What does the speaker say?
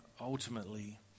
ultimately